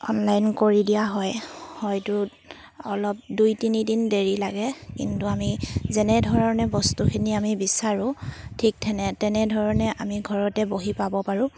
online কৰি দিয়া হয় হয়টো অলপ দুই তিনিদিন দেৰি লাগে কিন্তু আমি যেনেধৰণে বস্তুখিনি আমি বিচাৰোঁ ঠিক তেনে তেনেধৰণে আমি ঘৰতে বহি পাব পাৰোঁ